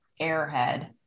airhead